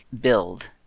build